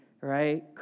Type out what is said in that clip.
right